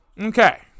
Okay